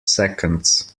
seconds